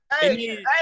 Hey